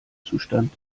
zustand